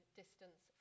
distance